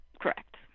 Correct